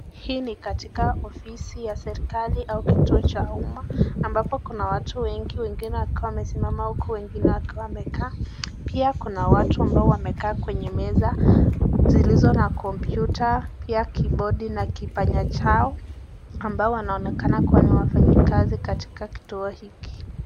Hii ni katika ofisi ya serikali au kituo cha uma ambapo kuna watu wengi, wengine wakiwa wamesimama huku wengine wakiwa wamekaa, pia kuna watu ambao wamekaa kwenye meza zilizo na kompyuta pia kibodi na kipanya chao ambao wanaonekana kuwa ni wafanyi kazi katika kituo hiki.